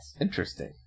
Interesting